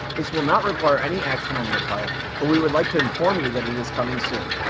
this will not require any action on your part, but we would like to inform you that it is coming soon.